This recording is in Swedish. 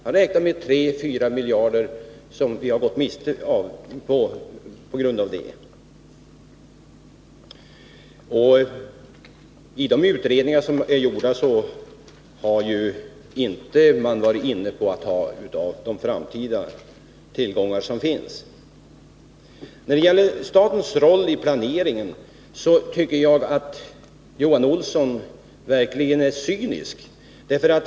Han räknar med att vi gått miste om 3 å 4 miljarder på grund härav. I de utredningar som gjorts har man inte varit inne på att ta av de framtida tillgångarna. När det gäller statens roll i planeringen tycker jag att Johan Olsson verkligen är cynisk.